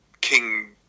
King